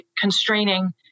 constraining